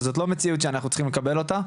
אבל זאת לא מציאות שאנחנו צריכים לקבל אותה.